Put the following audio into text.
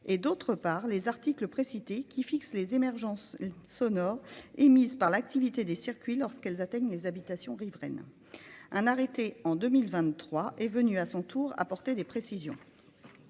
et d'autre part les articles précités qui fixent les émergences sonores émises par l'activité des circuits lorsqu'elles atteignent les habitations riveraines. Un arrêté en 2023 est venu à son tour apporter des précisions.